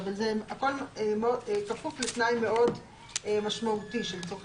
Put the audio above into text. אבל זה הכול כפוף לתנאי מאוד משמעותי של "לצורכי